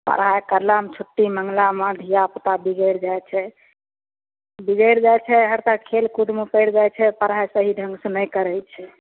पढ़ाइ कलामे छुट्टी मङ्गलामे धिआपुता बिगैड़ जाइ छै बिगैड़ जाइ छै हरदम खेलकुदमे पैड़ि जाइ छै पढ़ाइ सही ढङ्ग सँ नहि करै छै